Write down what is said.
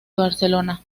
barcelona